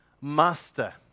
Master